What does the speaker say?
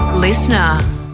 Listener